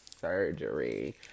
surgery